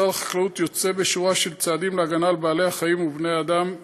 משרד החקלאות יוצא בשורה של צעדים להגנה על בעלי החיים ובני אדם.